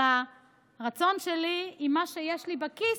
על הרצון שלי, עם מה שיש לי בכיס,